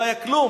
לא היה כלום,